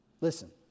Listen